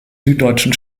süddeutschen